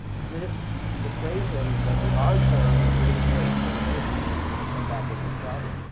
this equation that the r term is the only place where the energy units are going to come back into the problem.